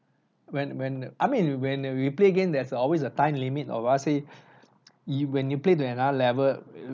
when when I mean when we play game there's always a time limit or let say you when you play to another level